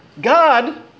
God